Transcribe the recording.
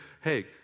hey